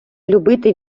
любити